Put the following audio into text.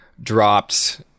dropped